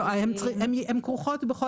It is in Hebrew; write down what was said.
בכל מקרה הן כרוכות.